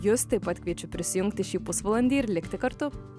jus taip pat kviečiu prisijungti šį pusvalandį ir likti kartu